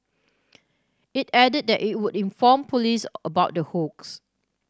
it added that it would inform police about the hoax